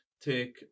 Take